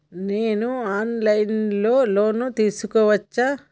నేను online లో loan తీసుకోవచ్చా?